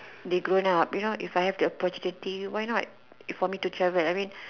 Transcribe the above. they grown up you know if I have the opportunity why not for me to travel I mean